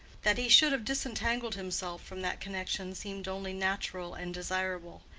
that he should have disentangled himself from that connection seemed only natural and desirable.